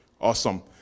Awesome